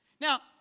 Now